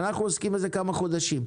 אנחנו עוסקים בזה כמה חודשים,